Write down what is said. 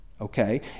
okay